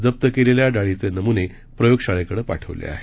जप्त केलेल्या डाळीचे नमुने प्रयोग शाळेकडे पाठवले आहेत